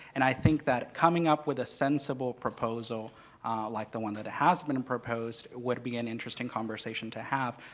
and i think that coming up with a sensible proposal like the one that has been and proposed would be an interesting conversation to have,